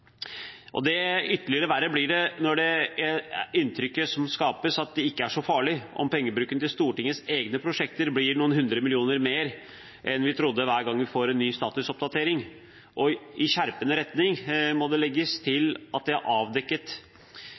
Stortingets renommé. Ytterligere verre blir det når det skapes inntrykk av at det ikke er så farlig om pengebruken til Stortingets egne prosjekter blir noen hundre millioner kroner mer enn vi trodde, hver gang vi får en ny statusoppdatering. I skjerpende retning må det legges til – etter det som er forelagt oss – at det er avdekket